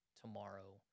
tomorrow